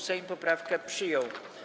Sejm poprawkę przyjął.